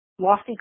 lofty